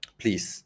please